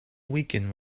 weaken